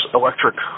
electric